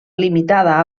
limitada